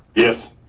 yes.